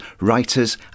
writers